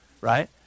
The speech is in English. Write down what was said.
right